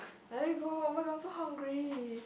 I need go oh-my-god so hungry